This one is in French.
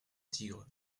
tigre